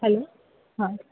hello हां